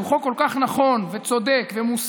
שהוא חוק כל כך נכון וצודק ומוסרי,